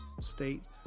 state